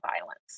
violence